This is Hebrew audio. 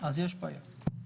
יש בעיה.